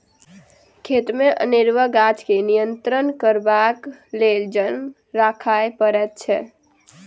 खेतमे अनेरूआ गाछ के नियंत्रण करबाक लेल जन राखय पड़ैत छै